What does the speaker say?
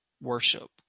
worship